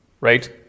right